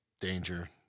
danger